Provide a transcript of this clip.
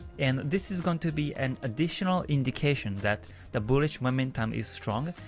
and this is going to be an additional indication that the bullish momentum is strong,